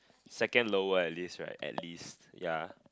second lower at least right at least ya